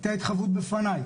הייתה התחייבות בפני.